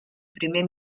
primer